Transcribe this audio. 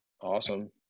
Awesome